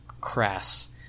crass